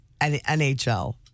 NHL